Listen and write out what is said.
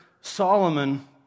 Solomon